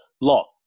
law